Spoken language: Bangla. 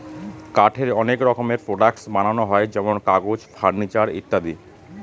কাঠের অনেক রকমের প্রডাক্টস বানানো হয় যেমন কাগজ, ফার্নিচার ইত্যাদি